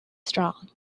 strong